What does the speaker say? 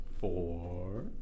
Four